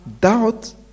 doubt